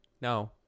No